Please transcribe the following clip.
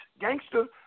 gangster